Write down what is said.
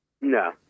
No